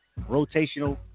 rotational